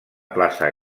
plaça